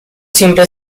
siempre